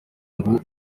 ngo